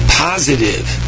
positive